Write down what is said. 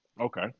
Okay